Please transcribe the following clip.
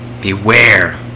beware